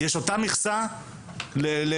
יש אותה מכסה לספורטאים.